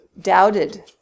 doubted